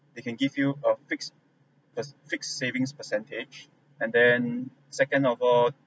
they can give you a fixed as fixed savings percentage and then second of all